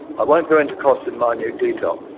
i won't go into costs in minute detail,